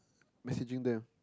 messaging them